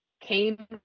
came